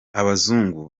abazungu